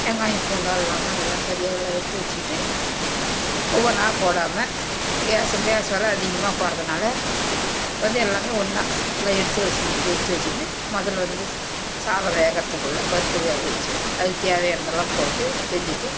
வெங்காயம் பூண்டு எல்லாமே எல்லாம் சரியாக எல்லாம் எடுத்து வெச்சுக்கிட்டு ஒவ்வொன்றா போடாமல் கேஸு கேஸ் விலை அதிகமாக போகிறதுனால வந்து எல்லாமே ஒன்றா எல்லாம் எடுத்து வெச்சுக்கிட்டு எடுத்து வெச்சுன்னு முதல்ல வந்து சாதம் வேகிறதுக்குள்ள பருப்பு வேக வெச்சு அதுக்கு தேவையானதெல்லாம் போட்டு செஞ்சுட்டு